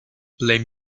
blame